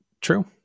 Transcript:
true